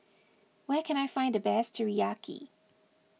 where can I find the best Teriyaki